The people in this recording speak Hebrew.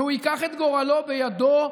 והוא ייקח את גורלו בידו.